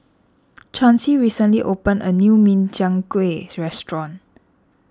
Chancy recently opened a new Min Chiang Kueh restaurant